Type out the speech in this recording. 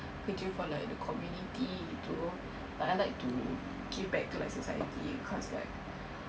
kerja for like the community gitu like I like to give back to the society gitu because like